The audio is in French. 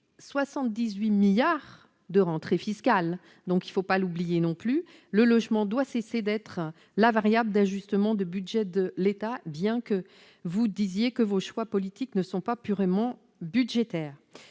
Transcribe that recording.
78 milliards de rentrées fiscales. Il ne faut pas l'oublier ! Le logement doit cesser d'être la variable d'ajustement du budget de l'État, même si vous nous assurez que vos choix politiques ne sont pas purement budgétaires.